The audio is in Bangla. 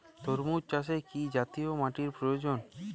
তরমুজ চাষে কি জাতীয় মাটির প্রয়োজন?